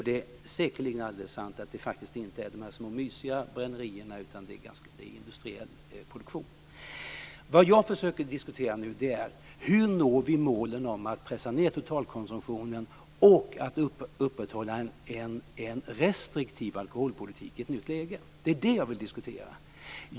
Det är säkerligen sant att det inte handlar om små mysiga brännerier utan det rör sig om industriell produktion. Vad jag nu försöker att diskutera är: Hur når vi målen om att pressa ned totalkonsumtionen och om att upprätthålla en restriktiv alkoholpolitik i ett nytt läge? Det är detta som jag vill diskutera.